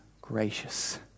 gracious